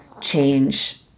change